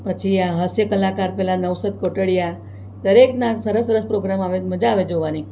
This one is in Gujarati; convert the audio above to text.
પછી આ હાસ્ય કલાકાર પેલા નવસદ કોટડીયા દરેકના સરસ સરસ પ્રોગ્રામો આવે મજા આવે જોવાની